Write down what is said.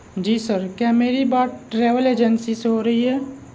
جی sir کیا میری بات ٹریول ایجنسی سے ہو رہی ہے